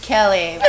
Kelly